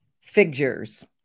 figures